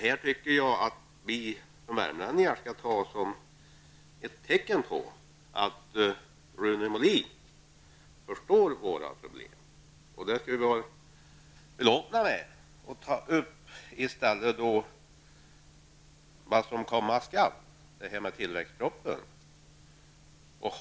Jag tycker alltså att vi i Värmland skall uppfatta detta som ett tecken på att Rune Molin förstår våra problem, något som vi skall vara belåtna med. I stället bör vi ta upp vad som komma skall. Jag tänker då på tilläggspropositionen.